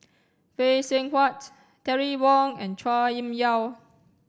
Phay Seng Whatt Terry Wong and Chua Kim Yeow